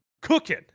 cooking